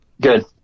Good